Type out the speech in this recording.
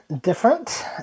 different